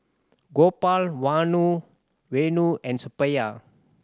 Gopal Vanu and Suppiah